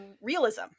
realism